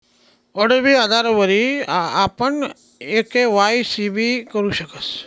OTP आधारवरी आपण e KYC भी करु शकतस